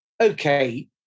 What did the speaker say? Okay